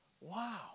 Wow